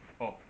orh